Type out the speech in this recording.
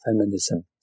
feminism